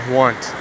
want